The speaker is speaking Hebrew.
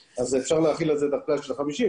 אפשר להחיל את הכלל של 50 אנשים.